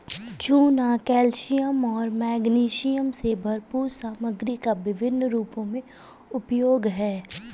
चूना कैल्शियम और मैग्नीशियम से भरपूर सामग्री का विभिन्न रूपों में उपयोग है